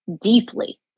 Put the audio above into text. deeply